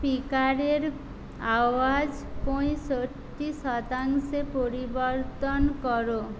স্পিকারের আওয়াজ পঁয়ষট্টি শতাংশে পরিবর্তন করো